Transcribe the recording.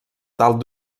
dalt